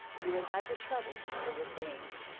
you would have your trouble for your pains,